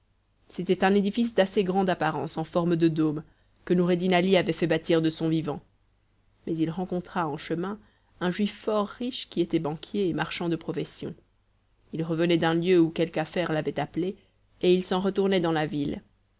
c'était un édifice d'assez grande apparence en forme de dôme que noureddin ali avait fait bâtir de son vivant mais il rencontra en chemin un juif fort riche qui était banquier et marchand de profession il revenait d'un lieu où quelque affaire l'avait appelé et il s'en retournait dans la ville